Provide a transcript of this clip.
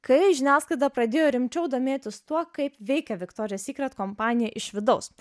kai žiniasklaida pradėjo rimčiau domėtis tuo kaip veikia viktorija sykret kompanija iš vidaus